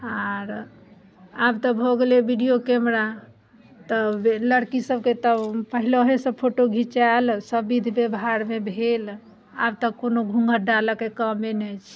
आओर आब तऽ भऽ गेलै वीडिओ कैमरा तऽ लड़कीसबके तऽ पहिलहिसँ फोटो घिचाएल सब बिध बेवहार भेल आब तऽ कोनो घूँघट डालैके कामे नहि छै